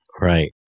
Right